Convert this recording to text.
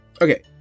okay